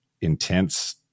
intense